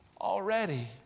already